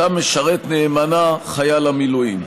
שאותה משרת נאמנה חייל המילואים.